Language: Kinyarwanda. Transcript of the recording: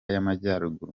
y’amajyaruguru